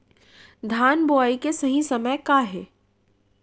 धान बोआई के सही समय का हे?